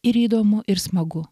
ir įdomu ir smagu